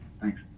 Thanks